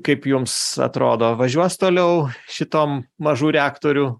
kaip jums atrodo važiuos toliau šitom mažų reaktorių